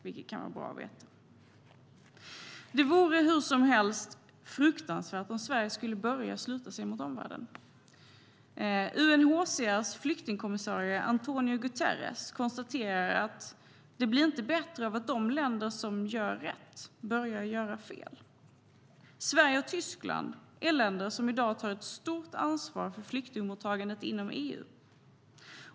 Det kan vara bra att veta. Sverige och Tyskland är länder som i dag tar ett stort ansvar för flyktingmottagandet inom EU.